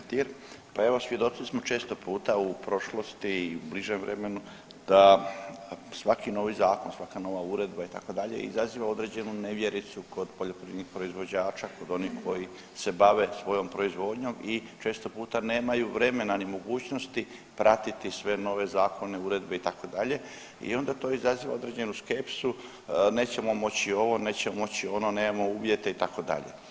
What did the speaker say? Poštovana saborska zastupnice Petir, pa evo svjedoci smo često puta u prošlosti i bližem vremenu da svaki novi zakon, svaka nova uredba itd. izaziva određenu nevjericu kod poljoprivrednih proizvođača, kod onih koji se bave svojom proizvodnjom i često puta nemaju vremena ni mogućnosti pratiti sve nove zakone, uredbe itd. i onda to izaziva određenu skepsu nećemo moći ovo, nećemo moći ono, nemamo uvjete itd.